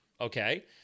Okay